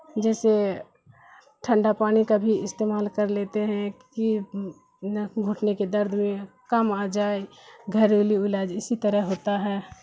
جیسے ٹھنڈا پانی کا بھی استعمال کر لیتے ہیں کہ گھٹنے کے درد میں کم آ جائے گھریلو علاج اسی طرح ہوتا ہے